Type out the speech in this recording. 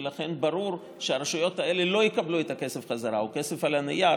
ולכן ברור שהרשויות האלה לא יקבלו את הכסף בחזרה או כסף על הנייר,